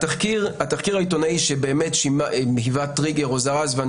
התחקיר העיתונאי שבאמת היווה טריגר או זרז ואני